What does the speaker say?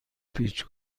پیچ